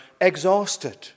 exhausted